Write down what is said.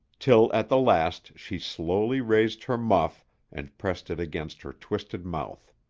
till at the last she slowly raised her muff and pressed it against her twisted mouth.